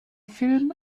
film